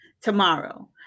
tomorrow